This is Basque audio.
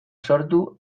sortu